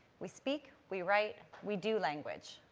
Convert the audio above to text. we speak, we write, we do language.